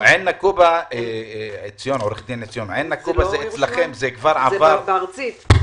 התוכנית של עין נקובה נמצאת כבר במועצה הארצית,